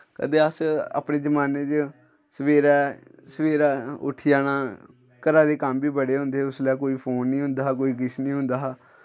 कदें अस अपने जमाने च सवेरै सवेरै उट्ठी जाना घरा दे कम्म बी बड़े होंदे हे उसलै कोई फोन निं होंदा हा कोई किश निं होंदा हा